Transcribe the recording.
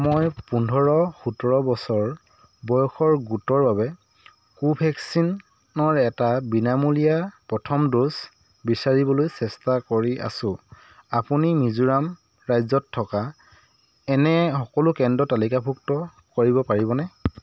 মই পোন্ধৰ সোতৰ বছৰ বয়সৰ গোটৰ বাবে কোভেক্সিনৰ এটা বিনামূলীয়া প্ৰথম ড'জ বিচাৰিবলৈ চেষ্টা কৰি আছোঁ আপুনি মিজোৰাম ৰাজ্যত থকা এনে সকলো কেন্দ্ৰ তালিকাভুক্ত কৰিব পাৰিবনে